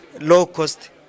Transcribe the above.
low-cost